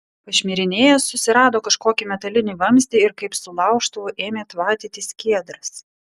pašmirinėjęs susirado kažkokį metalinį vamzdį ir kaip su laužtuvu ėmė tvatyti skiedras